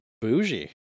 bougie